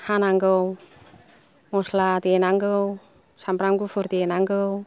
हानांगौ मस्ला देनांगौ सामब्राम गुफुर देनांगौ